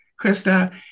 Krista